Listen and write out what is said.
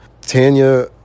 Tanya